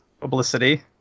publicity